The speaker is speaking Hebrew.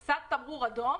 זה קצת תמרור אדום.